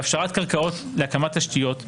בהפשרת קרקעות להקמת תשתיות,